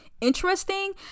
interesting